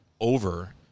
over